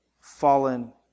fallen